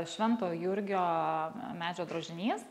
švento jurgio medžio drožinys